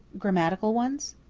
grammatical ones?